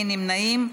אין נמנעים.